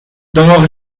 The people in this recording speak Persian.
دماغ